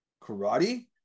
karate